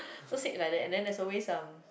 first sit like that and then there is always some